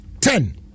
Ten